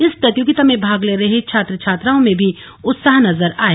इस प्रतियोगिता में भाग ले रहे छात्र छात्राओं में भी उत्साह नजर आया